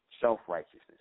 self-righteousness